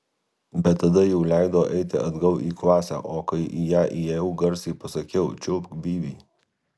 bet tada jau leido eiti atgal į klasę o kai į ją įėjau garsiai pasakiau čiulpk bybį